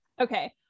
okay